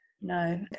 No